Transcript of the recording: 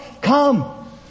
come